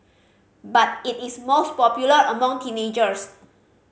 but it is most popular among teenagers